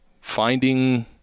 finding